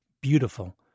beautiful